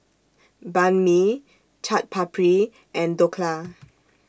Banh MI Chaat Papri and Dhokla